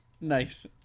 Nice